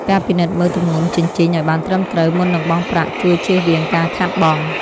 ការពិនិត្យមើលទម្ងន់ជញ្ជីងឱ្យបានត្រឹមត្រូវមុននឹងបង់ប្រាក់ជួយជៀសវាងការខាតបង់។